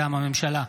מטעם הממשלה: